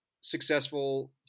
successful